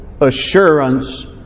assurance